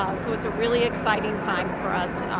um so it's a really exciting time for us.